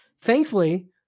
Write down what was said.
thankfully